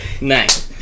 Nice